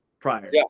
prior